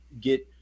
get